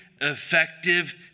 effective